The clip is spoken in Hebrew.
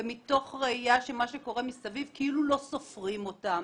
מתוך ראייה של מה שקורה מסביב כאילו לא סופרים אותם.